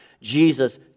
Jesus